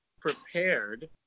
prepared